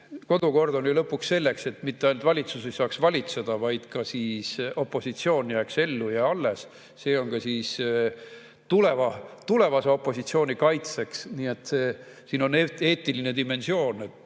Kodukord on ju lõpuks selleks, et mitte ainult valitsus saaks valitseda, vaid ka opositsioon jääks ellu ja alles. See on ka tulevase opositsiooni kaitseks. Nii et siin on eetiline dimensioon,